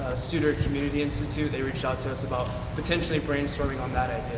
studer community institute, they reached out to us about potentially brainstorming on